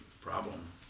problem